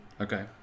Okay